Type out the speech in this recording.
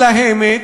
המתלהמת,